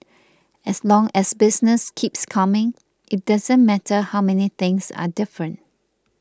as long as business keeps coming it doesn't matter how many things are different